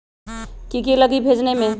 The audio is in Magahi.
की की लगी भेजने में?